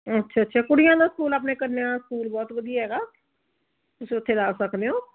ਅੱਛਾ ਅੱਛਾ ਕੁੜੀਆਂ ਦਾ ਸਕੂਲ ਆਪਣੇ ਕੰਨਿਆ ਸਕੂਲ ਬਹੁਤ ਵਧੀਆ ਹੈਗਾ ਤੁਸੀਂ ਉੱਥੇ ਲਾ ਸਕਦੇ ਹੋ